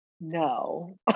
no